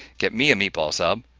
get me a meatball sub,